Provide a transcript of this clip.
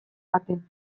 baten